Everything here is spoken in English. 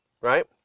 right